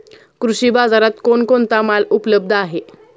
कृषी बाजारात कोण कोणता माल उपलब्ध आहे?